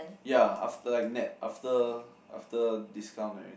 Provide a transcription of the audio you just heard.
ya after like nett after after discount and everything